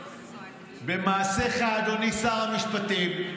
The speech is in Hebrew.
במעשיך, אדוני שר המשפטים,